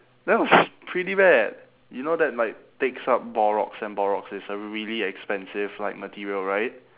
that was pretty bad you know that like takes up borox and borox is a really expensive like material right